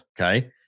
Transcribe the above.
Okay